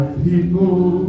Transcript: people